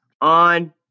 on